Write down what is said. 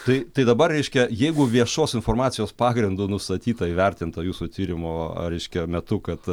tai tai dabar reiškia jeigu viešos informacijos pagrindu nustatyta įvertinta jūsų tyrimo reiškia metu kad